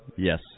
Yes